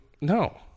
no